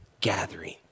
gathering